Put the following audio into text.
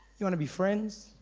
you want to be friends?